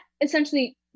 essentially